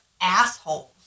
assholes